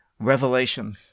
Revelation